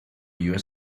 your